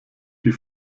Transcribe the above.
die